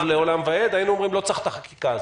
לעולם ועד היינו אומרים שלא צריך את החקיקה הזאת.